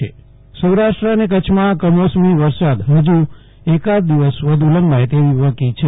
જયદીપ વૈશ્નવ હવામાન સૌરાષ્ટ્ર અને કચ્છમાં કમોસમી વરસાદ હજુ એકાદ દિવસ વધુ લંબાય તેવી વકી છે